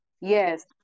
Yes